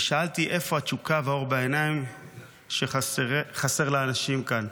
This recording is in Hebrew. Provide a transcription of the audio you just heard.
ושאלתי איפה התשוקה והאור בעיניים שחסרים לאנשים כאן.